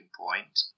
point